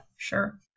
sure